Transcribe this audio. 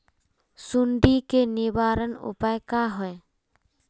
सुंडी के निवारण उपाय का होए?